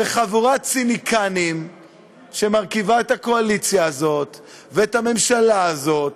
וחבורת ציניקנים שמרכיבה את הקואליציה הזאת ואת הממשלה הזאת,